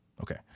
Okay